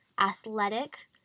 athletic